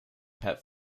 pet